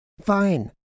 Fine